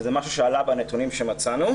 זה משהו שעלה בנתונים שמצאנו.